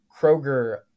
Kroger